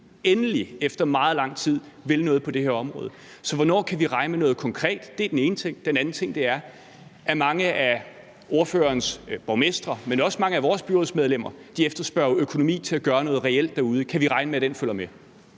endelig – efter meget lang tid vil noget på det her område. Så hvornår kan vi regne med noget konkret? Det er den ene ting. Den anden ting er, at mange af partilederens borgmestre, men også mange af vores byrådsmedlemmer efterspørger økonomi til at gøre noget reelt derude. Kan vi regne med, at den følger med?